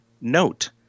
note